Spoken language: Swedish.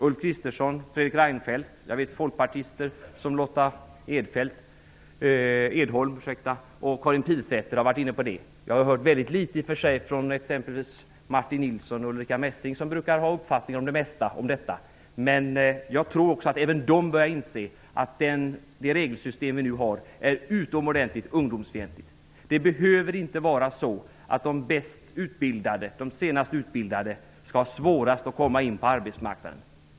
Ulf Kristersson, Fredrik Reinfeldt och folkpartister som Lotta Edholm och Karin Pilsäter har varit inne på detta. Jag har i och för sig hört väldigt litet från exempelvis Martin Nilsson och Ulrica Messing som brukar ha uppfattningar om det mesta i detta avseende. Men jag tror att även de börjar inse att det regelsystem vi nu har är utomordentligt ungdomsfientligt. Det behöver inte vara så att de bäst utbildade, de senast utbildade skall ha svårast att komma in på arbetsmarknaden.